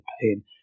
pain